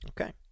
Okay